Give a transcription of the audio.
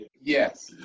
Yes